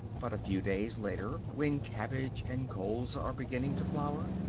but, a few days later, when cabbage and colza are beginning to flower,